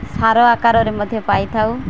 ସାର ଆକାରରେ ମଧ୍ୟ ପାଇଥାଉ